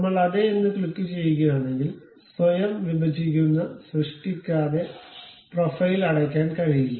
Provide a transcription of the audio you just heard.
നമ്മൾ അതെ എന്ന് ക്ലിക്കുചെയ്യുകയാണെങ്കിൽ സ്വയം വിഭജിക്കുന്ന സൃഷ്ടിക്കാതെ പ്രൊഫൈൽ അടയ്ക്കാൻ കഴിയില്ല